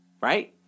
right